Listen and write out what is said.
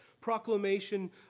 proclamation